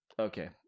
Okay